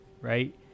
right